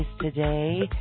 today